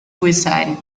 cuisine